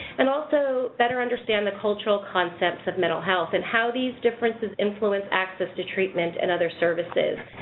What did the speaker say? and also, better understand the cultural concepts of mental health and how these differences influence access to treatment and other services.